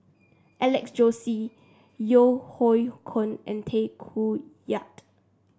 Alex Josey Yeo Hoe Koon and Tay Koh Yat